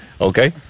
Okay